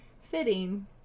Fitting